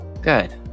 Good